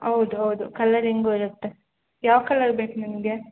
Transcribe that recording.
ಹೌದು ಹೌದು ಕಲರಿಂಗು ಇರುತ್ತೆ ಯಾವ ಕಲರ್ ಬೇಕು ನಿಮಗೆ